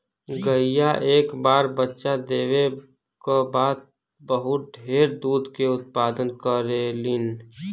गईया एक बार बच्चा देवे क बाद बहुत ढेर दूध के उत्पदान करेलीन